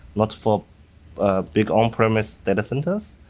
not for ah big on-premise data centers.